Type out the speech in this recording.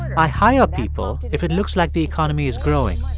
i hire people if it looks like the economy is growing.